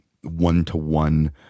one-to-one